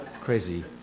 Crazy